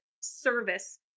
service